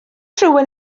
rhywun